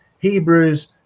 hebrews